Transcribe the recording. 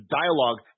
dialogue